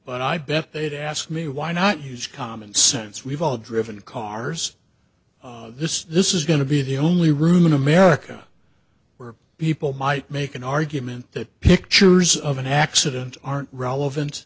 but i bet they'd ask me why not use common sense we've all driven cars this this is going to be the only room in america where people might make an argument that pictures of an accident aren't relevant